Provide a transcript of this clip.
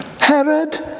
Herod